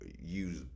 use